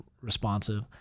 responsive